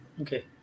okay